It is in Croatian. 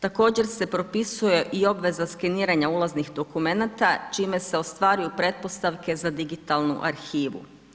Također se propisuje i obveza skeniranja ulaznih dokumenata čime se ostvaruju pretpostavke za digitalnu arhivu.